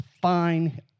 Fine